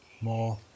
more